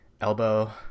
elbow